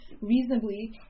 reasonably